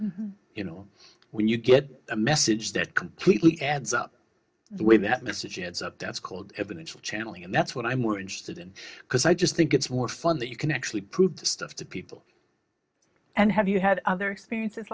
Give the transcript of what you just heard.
teresa you know when you get a message that completely adds up the way that message ends up that's called evidence of channeling and that's what i'm more interested in because i just think it's more fun that you can actually prove stuff to people and have you had other experiences